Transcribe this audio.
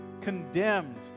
condemned